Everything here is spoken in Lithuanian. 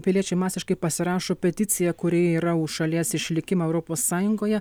piliečiai masiškai pasirašo peticiją kuri yra už šalies išlikimą europos sąjungoje